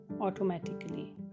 automatically